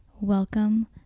welcome